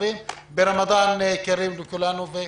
רמדאן כרים לכולנו.